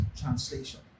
Translation